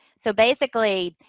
so, basically,